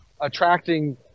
attracting